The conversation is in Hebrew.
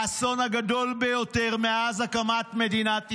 האסון הגדול ביותר מאז הקמת מדינת ישראל.